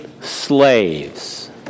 slaves